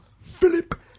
Philip